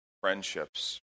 friendships